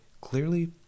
Clearly